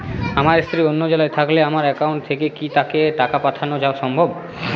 আমার স্ত্রী অন্য জেলায় থাকলে আমার অ্যাকাউন্ট থেকে কি তাকে টাকা পাঠানো সম্ভব?